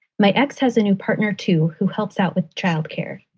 my ex has a new partner, too, who helps out with child care.